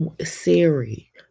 Siri